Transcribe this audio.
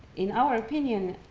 in our opinion,